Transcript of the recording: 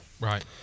Right